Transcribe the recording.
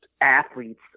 athletes